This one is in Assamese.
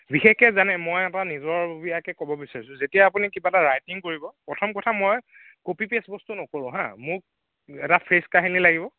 বিশেষকৈ জানে মই এটা নিজাববীয়াকৈ ক'ব বিচাৰিছোঁ যে যেতিয়া আপুনি কিবা এটা ৰাইটিং কৰিব প্ৰথম কথা মই কপি পেষ্ট বস্তু নকৰোঁ হা মোক এটা ফ্ৰেছ কাহিনী লাগিব